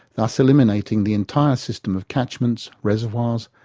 thus eliminating the entire system of catchments, reservoirs,